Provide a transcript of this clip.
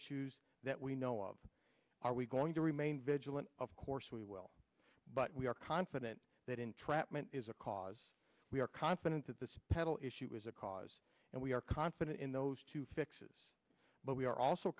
issues that we know of are we going to remain vigilant of course we will but we are confident that entrapment is a cause we are confident that the pedal issue was a cause and we are confident in those two fixes but we are also